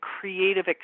creative